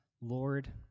Lord